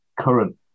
current